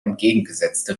entgegengesetzte